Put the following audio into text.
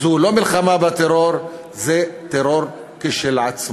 זאת לא מלחמה בטרור, זה טרור כשלעצמו.